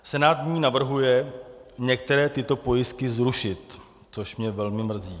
Senát v ní navrhuje některé tyto pojistky zrušit, což mě velmi mrzí.